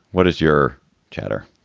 what is your chatter?